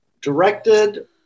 directed